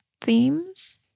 themes